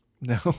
No